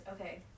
okay